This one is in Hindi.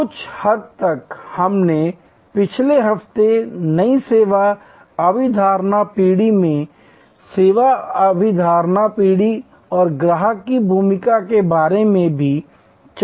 कुछ हद तक हमने पिछले हफ्ते नई सेवा अवधारणा पीढ़ी में सेवा अवधारणा पीढ़ी और ग्राहक की भूमिका के बारे में चर्चा की है